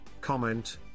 comment